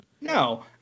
no